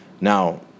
Now